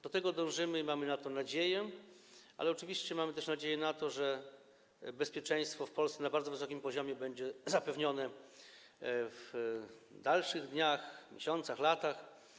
Do tego dążymy i mamy na to nadzieję, ale oczywiście mamy też nadzieję na to, że bezpieczeństwo w Polsce na bardzo wysokim poziomie będzie zapewnione w następnych dniach, miesiącach, latach.